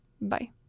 Bye